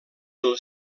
del